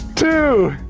two,